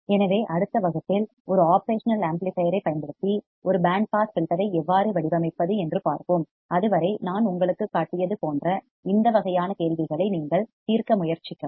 எனவே அடுத்த வகுப்பில் ஒரு ஒப்ரேஷனல் ஆம்ப்ளிபையர் ஐப் பயன்படுத்தி ஒரு பேண்ட் பாஸ் ஃபில்டர் ஐ எவ்வாறு வடிவமைப்பது என்று பார்ப்போம் அதுவரை நான் உங்களுக்குக் காட்டியது போன்ற இந்த வகையான கேள்விகளை நீங்கள் தீர்க்க முயற்சிக்கவும்